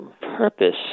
purpose